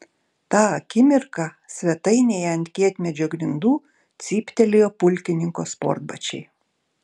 tą akimirką svetainėje ant kietmedžio grindų cyptelėjo pulkininko sportbačiai